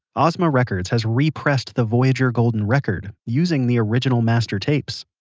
ozma records has re-pressed the voyager golden record using the original master tapes.